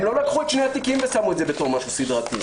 הם לא לקחו את שני התיקים ושמו את זה בתור משהו סדרתי.